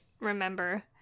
remember